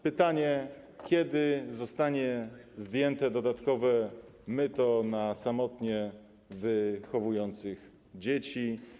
Pytanie: Kiedy zostanie zdjęte dodatkowe myto dla samotnie wychowujących dzieci?